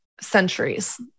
centuries